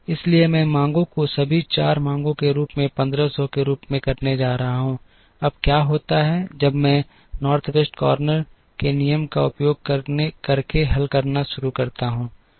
इसलिए मैं मांगों को सभी 4 मांगों के रूप में 1500 के रूप में करने जा रहा हूं अब क्या होता है जब मैं उत्तर पश्चिम कोने के नियम का उपयोग करके हल करना शुरू करता हूं